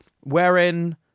wherein